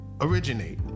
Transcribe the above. originate